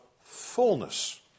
fullness